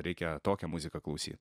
reikia tokią muziką klausyt